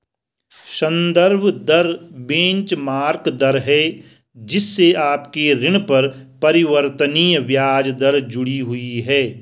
संदर्भ दर बेंचमार्क दर है जिससे आपके ऋण पर परिवर्तनीय ब्याज दर जुड़ी हुई है